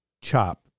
chop